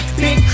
big